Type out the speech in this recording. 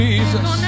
Jesus